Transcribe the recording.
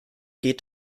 geht